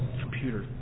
computer